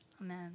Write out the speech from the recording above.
Amen